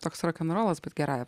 toks rokenrolas bet gerąja